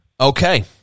Okay